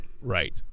Right